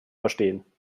verstehen